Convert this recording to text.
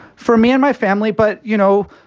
for me and my family. but, you know,